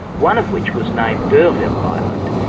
one of which was named d'urville island,